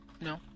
No